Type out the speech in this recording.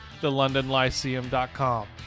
thelondonlyceum.com